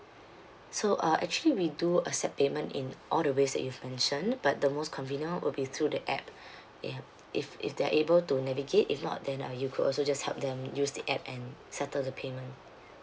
so uh actually we do accept payment in all the ways that you've mentioned but the most convenient one will be through the app ya if if they are able to navigate if not then uh you could also just help them use the app and settle the payment